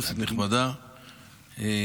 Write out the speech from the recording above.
כנסת נכבדה,